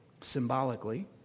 symbolically